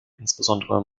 insbesondere